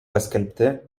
paskelbti